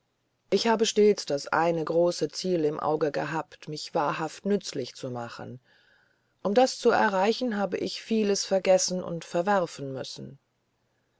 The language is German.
ich habe stets das eine große ziel im auge gehabt mich wahrhaft nützlich zu machen um das zu erreichen habe ich vieles vergessen und verwerfen müssen